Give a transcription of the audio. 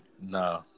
no